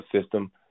system